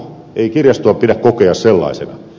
ei kirjastoa pidä kokea sellaisena